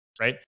Right